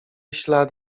ślad